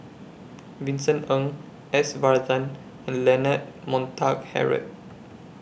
Vincent Ng S Varathan and Leonard Montague Harrod